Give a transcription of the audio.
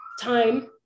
time